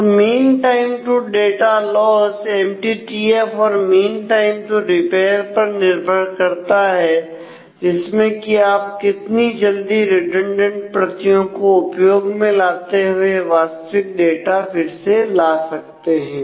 तो mean time to data loss MTTF और mean time to repair पर निर्भर करता है जिसमें की आप कितनी जल्दी रिडंडेंट प्रतियों को उपयोग में लाते हुए वास्तविक डाटा फिर से ला सकते हैं